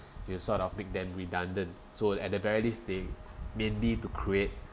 you sort of make them redundant so at the very least they mainly to create